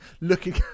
looking